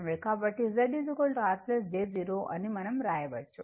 కాబట్టి Z R j 0 అని మనం వ్రాయవచ్చు